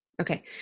okay